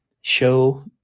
show